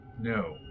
No